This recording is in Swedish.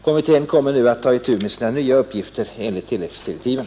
Kommittén kommer nu att ta itu med sina nya uppgifter enligt tilläggsdirektiven.